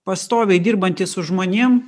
pastoviai dirbantis su žmonėm